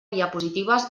diapositives